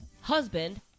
Husband